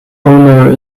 owner